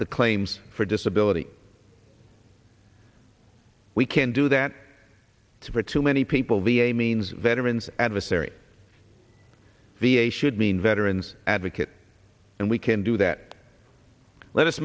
the claims for disability we can do that to for too many people v a means veterans adversary v a should mean veterans advocate and we can do that let